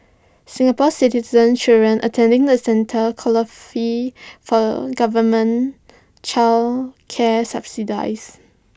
Singapore Citizen children attending the centres qualify for government child care subsidies